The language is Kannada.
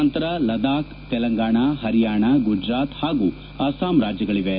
ನಂತರ ಲದ್ಲಾಬ್ ತೆಲಂಗಾಣ ಹರಿಯಾಣ ಗುಜರಾತ್ ಹಾಗೂ ಅಸ್ಸಾಂ ರಾಜ್ಲಗಳಿವೆ